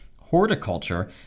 horticulture